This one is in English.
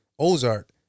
ozark